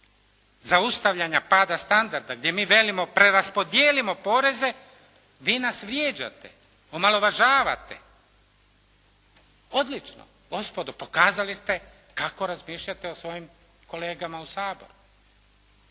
zaustavljanja pada standarda gdje mi velimo preraspodijelimo poreze vi nas vrijeđate, omalovažavate, odlično, gospodo pokazali ste kako razmišljate o svojim kolegama u Saboru.